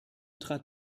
trat